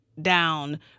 down